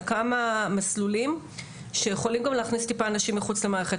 על כמה מסלולים שיכולים גם להכניס טיפה אנשים מחוץ למערכת.